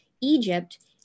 Egypt